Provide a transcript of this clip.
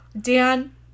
dan